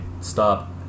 stop